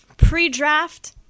Pre-draft